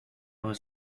was